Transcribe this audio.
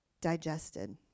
digested